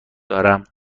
دارم